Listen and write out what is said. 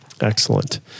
Excellent